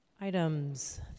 Items